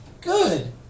good